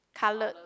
coloured